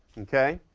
okay.